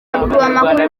amakuru